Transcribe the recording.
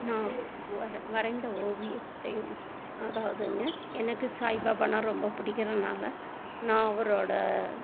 நான் வரை வரைந்த ஓவியத்தை ஸ் அதாவதுங்க எனக்கு சாய்பாபான்னால் ரொம்ப பிடிக்கிறனால நான் அவரோடய